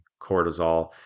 cortisol